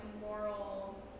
moral